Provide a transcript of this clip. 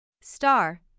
Star